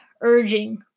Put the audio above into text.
urging